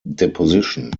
deposition